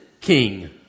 king